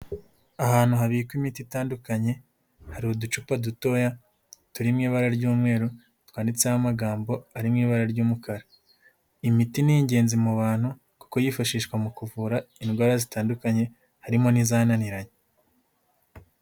Ahantu habikwa imiti itandukanye hari uducupa dutoya turimo ibara ry'umweru, twanditseho amagambo ari mu ibara ry'umukara. Imiti ni ingenzi mu bantu kuko yifashishwa mu kuvura indwara zitandukanye, harimo n'izanananiranye.